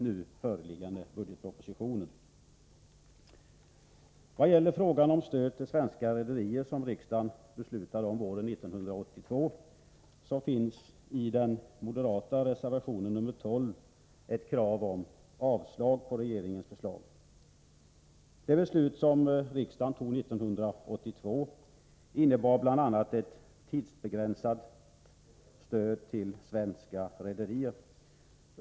Vidare får verket om våren 1982, finns i den moderata reservationen nr 12 ett krav på avslag på regeringens förslag. Det beslut som riksdagen fattade 1982 innebar bl.a. ett tidsbegränsat stöd till svenska rederier.